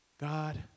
God